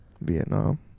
vietnam